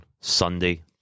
Sunday